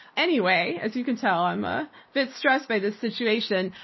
anyway, as you can tell i'm a bit stressed by this situation.